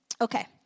Okay